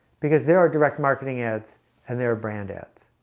because there are direct marketing ads and their brand ads.